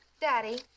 Daddy